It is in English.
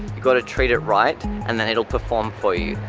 you've got to treat it right and then it'll perform for you.